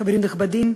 חברים נכבדים,